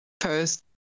first